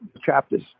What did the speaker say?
chapters